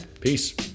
peace